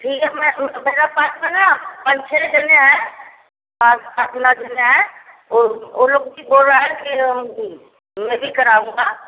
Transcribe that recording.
ठीक है मैं मेरा पास में ना पाँच छः जने हैं आप अपना वह वह लोग भी बोल रहा है कि हम नहीं कराऊँगा